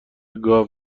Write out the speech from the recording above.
گاو